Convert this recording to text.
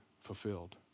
fulfilled